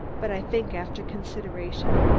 but i think, after consideration,